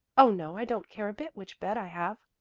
oh, no, i don't care a bit which bed i have.